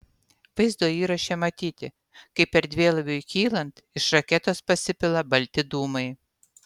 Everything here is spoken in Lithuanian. vaizdo įraše matyti kaip erdvėlaiviui kylant iš raketos pasipila balti dūmai